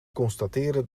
constateren